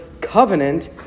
covenant